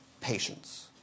patience